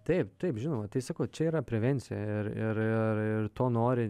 taip taip žinoma tai sakau čia yra prevencija ir ir to nori